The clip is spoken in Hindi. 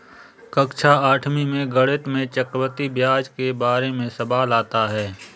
कक्षा आठवीं में गणित में चक्रवर्ती ब्याज के बारे में सवाल आता है